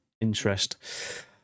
interest